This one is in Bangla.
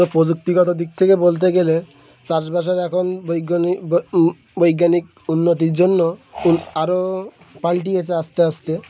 তো প্রযুক্তিগত দিক থেকে বলতে গেলে চাষবাসের এখন বৈজ্ঞানিক বৈজ্ঞানিক উন্নতির জন্য আরও পালটিয়েছে আস্তে আস্তে